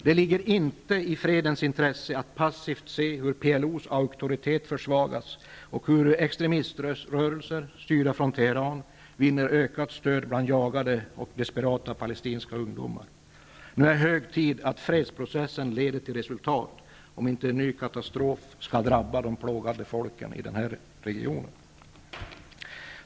Det ligger inte i fredens intresse att passivt se på hur PLO:s auktoritet försvagas och hur extremiströrelser -- styrda från Teheran -- vinner ökat stöd bland jagade och desperata palestinska ungdomar. Nu är det hög tid att fredsprocessen leder till resultat, om inte en ny katastrof skall drabba de plågade folken i denna region.